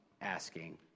asking